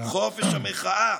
חופש המחאה.